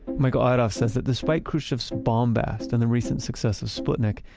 michael idov says that despite kruschev's bombast and the recent success of sputnik,